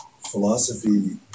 philosophy